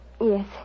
yes